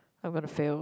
I'm gonna fail